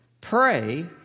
pray